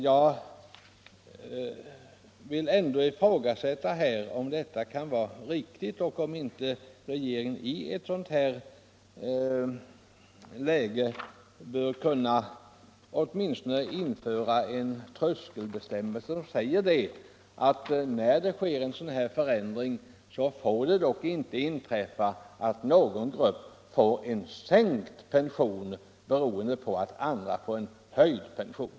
Jag vill ändå ifrågasätta om detta kan vara riktigt och om inte regeringen i ett sådant här läge bör kunna åtminstone införa en tröskelbestämmelse, som säger att när en förändring sker får det inte medföra att någon grupp erhåller sänkt pension beroende på att andra får höjd pension.